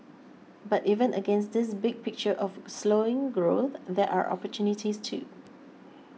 but even against this big picture of slowing growth there are opportunities too